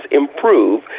improve